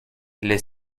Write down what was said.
les